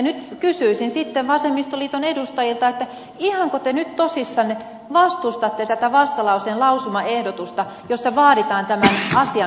nyt kysyisin sitten vasemmistoliiton edustajilta ihanko te nyt tosissanne vastustatte tätä vastalauseen lausumaehdotusta jossa vaaditaan tämän asian korjaamista